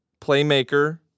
playmaker